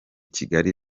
kigali